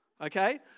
okay